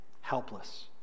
helpless